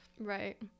right